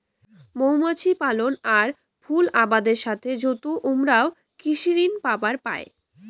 মৌমাছি পালন আর ফুল আবাদের সথে যুত উমরাও কৃষি ঋণ পাবার পায়